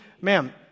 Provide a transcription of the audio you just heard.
Ma'am